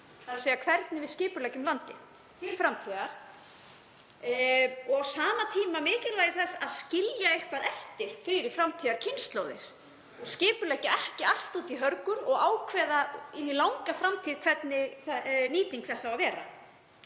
þ.e. hvernig við skipuleggjum landið til framtíðar og á sama tíma mikilvægi þess að skilja eitthvað eftir fyrir framtíðarkynslóðir og skipuleggja ekki allt út í hörgul og ákveða inn í langa framtíð hvernig nýting lands á að vera.